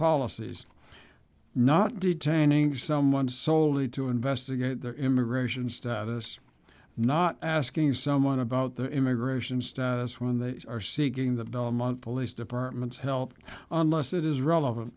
policies not detaining someone solely to investigate their immigration status not asking someone about their immigration status when they are seeking that month police departments help unless it is relevant